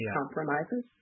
compromises